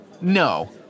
No